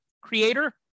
creator